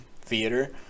theater